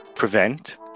Prevent